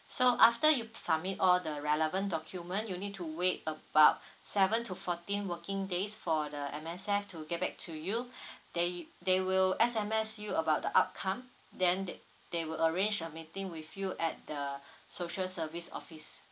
so after you p~ submit all the relevant document you need to wait about seven to fourteen working days for the M_S_F to get back to you they they will S_M_S you about the outcome then they they will arrange a meeting with you at the social service office